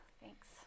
Thanks